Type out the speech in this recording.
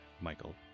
Michael